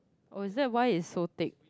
oh is that why is so think